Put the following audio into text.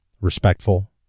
respectful